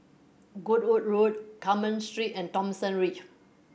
Goodwood Road Carmen Street and Thomson Ridge